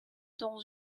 dans